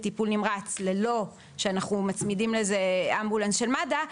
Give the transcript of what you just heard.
טיפול נמרץ ללא שאנחנו מצמידים לזה אמבולנס של מד"א,